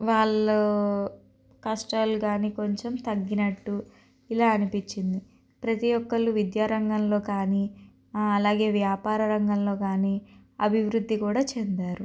వాళ్ళు కష్టాలు కాని కొంచెం తగ్గినట్టు ఇలా అనిపించింది ప్రతీఒక్కళ్ళు విద్యా రంగంలో కానీ అలాగే వ్యాపార రంగంలో కానీ అభివృద్ధి కూడా చెందారు